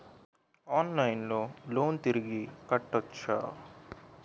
ఆన్లైన్లో లోన్ తిరిగి కట్టోచ్చా?